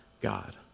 God